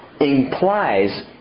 implies